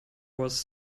was